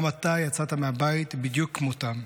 גם אתה יצאת מהבית, בדיוק כמותם.